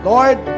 Lord